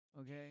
okay